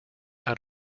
out